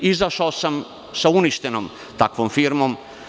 Izašao sam sa uništenom takvom firmom.